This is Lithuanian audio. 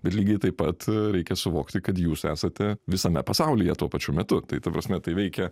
bet lygiai taip pat reikia suvokti kad jūs esate visame pasaulyje tuo pačiu metu tai ta prasme tai veikia